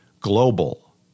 global